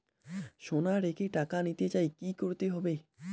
সোনা রেখে টাকা নিতে চাই কি করতে হবে?